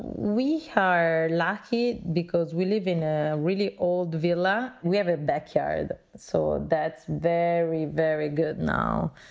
we are lucky because we live in a really old villa. we have a backyard. so that's very, very good. now,